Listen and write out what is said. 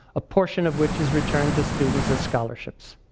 a portion of which is returned to students as scholarships.